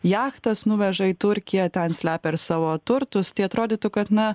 jachtas nuveža į turkiją ten slepia ir savo turtus tai atrodytų kad na